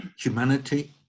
Humanity